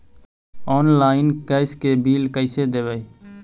Online gas के bill कैसे देबै?